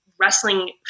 wrestling